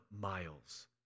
miles